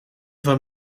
van